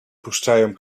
puszczają